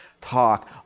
talk